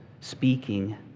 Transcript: speaking